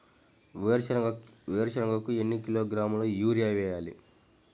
వేరుశనగకు ఎన్ని కిలోగ్రాముల యూరియా వేయాలి?